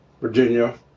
Virginia